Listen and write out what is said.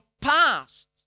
past